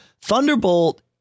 Thunderbolt